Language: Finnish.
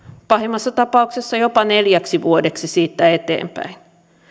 pahimmaksi tapauksessa jopa neljäksi vuodeksi siitä eteenpäin